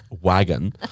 wagon